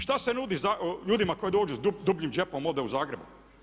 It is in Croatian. Što se nudi ljudima koji dođu s dubljim džepom ovdje u Zagreb?